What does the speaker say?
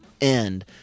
end